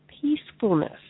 peacefulness